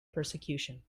persecution